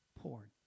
Porn